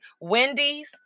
Wendy's